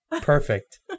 Perfect